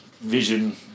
vision